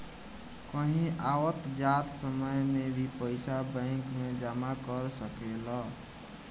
कहीं आवत जात समय में भी पइसा बैंक में जमा कर सकेलऽ